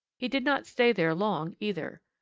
he did not stay there long either.